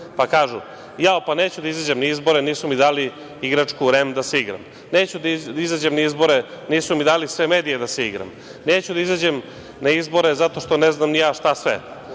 pa kažu, jao, pa neću da izađem na izbore, nisu mi dali igračku u REM, da se igram, neću da izađem na izbore nisu mi dali sve medije da se igram, neću da izađem na izbore zato što ne znam ni ja šta sve.